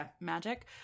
magic